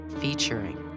Featuring